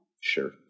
Sure